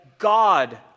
God